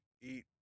eat